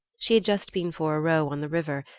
she had just been for a row on the river,